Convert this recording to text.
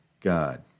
God